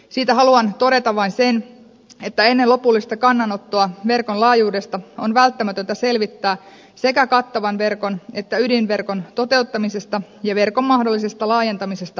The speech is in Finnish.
niistä haluan todeta vain sen että ennen lopullista kannanottoa verkon laajuudesta on välttämätöntä selvittää sekä kattavan verkon että ydinverkon toteuttamisesta ja verkon mahdollisesta laajentamisesta aiheutuvat kustannukset